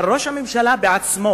אבל ראש הממשלה בעצמו